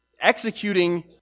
executing